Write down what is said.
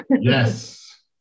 Yes